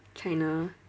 china